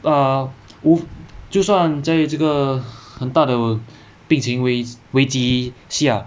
err 无就算在这个很大的病情危危机下